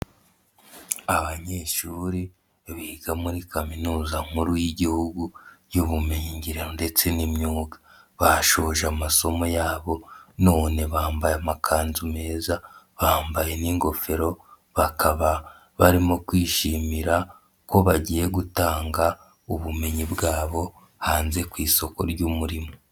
Abanyeshuri biga muri Kaminuza nkuru y'Igihugu y'ubumenyingiro ndetse n'imyuga, bashoje amasomo yabo none bambaye amakanzu meza, bambaye n'ingofero bakaba barimo kwishimira ko bagiye gutanga ubumenyi bwabo hanze ku isoko ry'umurimo.